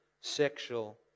sexual